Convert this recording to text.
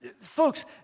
Folks